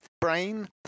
brain